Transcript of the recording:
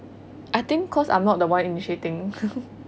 I think cause I am not the one initiating